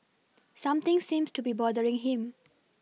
something seems to be bothering him